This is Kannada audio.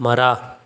ಮರ